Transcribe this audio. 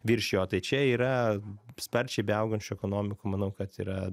virš jo tai čia yra sparčiai beaugančių ekonomikų manau kad yra